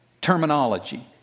terminology